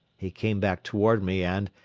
he came back toward me and,